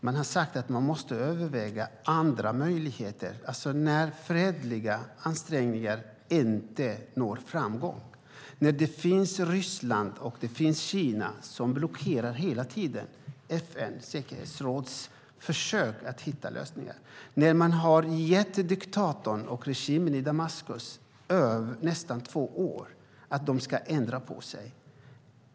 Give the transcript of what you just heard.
Man har sagt att man måste överväga andra möjligheter när fredliga ansträngningar inte når framgång, när Ryssland och Kina hela tiden blockerar FN:s säkerhetsråds försök att hitta lösningar och när man har gett diktatorn och regimen i Damaskus nästan två år för att de ska ändra sig.